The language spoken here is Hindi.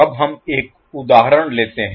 अब हम एक उदाहरण लेते हैं